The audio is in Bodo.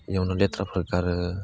बेयावनो लेथ्राफोेर गारो